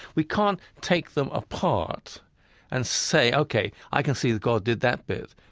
we can't take them apart and say, ok, i can see that god did that bit,